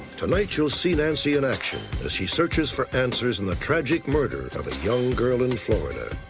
tonight, you'll see nancy in action as she searches for answers in the tragic murder of a young girl in florida.